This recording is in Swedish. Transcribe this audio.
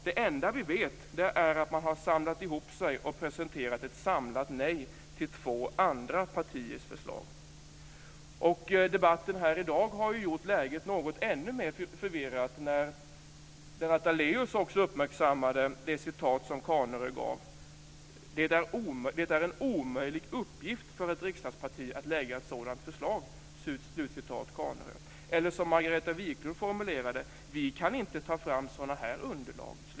Det enda som vi vet är att man har samlat ihop sig och presenterat ett samlat nej till två andra partiers förslag. Debatten här i dag har ju gjort läget ännu mer förvirrat när Lennart Daléus också uppmärksammade det citat som Åke Carnerö gav. Det är en omöjlig uppgift för ett riksdagsparti att lägga fram ett sådant förslag, sade Åke Carnerö. Margareta Viklund formulerade det på följande sätt: Vi kan inte ta fram sådana här underlag.